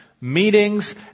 meetings